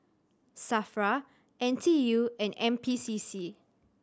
SAFRA N T U and N P C C